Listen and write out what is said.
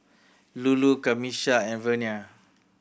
Lulu Camisha and Vernia